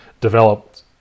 developed